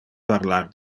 parlar